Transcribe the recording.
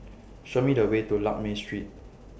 Show Me The Way to Lakme Street